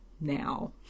now